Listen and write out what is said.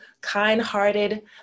kind-hearted